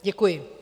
Děkuji.